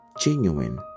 genuine